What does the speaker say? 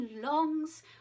longs